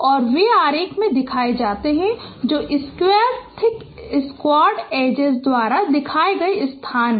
और वे आरेख में दिखाए जाते हैं जो स्क्वायर थिक स्क्वायरड एजेस द्वारा दिखाए गए स्थान हैं